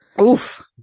Oof